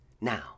Now